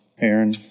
Aaron